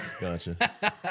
Gotcha